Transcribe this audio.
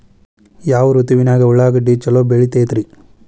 ಯಾವ ಋತುವಿನಾಗ ಉಳ್ಳಾಗಡ್ಡಿ ಛಲೋ ಬೆಳಿತೇತಿ ರೇ?